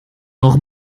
noch